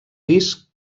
riscs